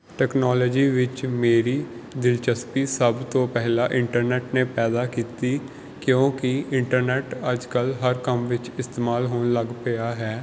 technology ਵਿੱਚ ਮੇਰੀ ਦਿਲਚਸਪੀ ਸੱਭ ਤੋਂ ਪਹਿਲਾਂ ਇੰਟਰਨੈੱਟ ਨੇ ਪੈਦਾ ਕੀਤੀ ਕਿਉਂਕਿ ਇੰਟਰਨੈੱਟ ਅੱਜ ਕੱਲ੍ਹ ਹਰ ਕੰਮ ਵਿੱਚ ਇਸਤੇਮਾਲ ਹੋਣ ਲੱਗ ਪਿਆ ਹੈ